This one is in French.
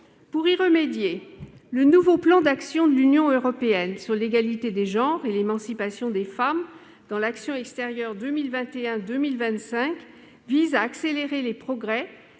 Pour y remédier, le nouveau plan d'action de l'Union européenne sur l'égalité des genres et l'émancipation des femmes dans l'action extérieure 2021-2025 vise à accélérer les progrès